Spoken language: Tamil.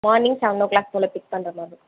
மார்னிங் செவென் ஓ க்ளாக் போல் பிக் பண்ணுற மாதிரி